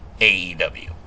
AEW